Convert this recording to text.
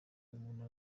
umuntu